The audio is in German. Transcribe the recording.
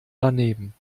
daneben